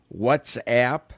WhatsApp